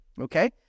Okay